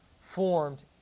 formed